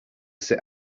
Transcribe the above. sit